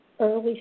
early